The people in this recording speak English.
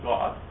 God